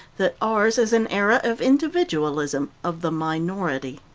that ours is an era of individualism, of the minority.